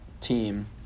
team